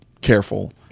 careful